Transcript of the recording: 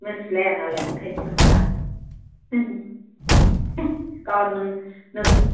मिन्थिलाया नालाय ओंखायनो सोंहरदों आंं गावहा नों